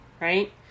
right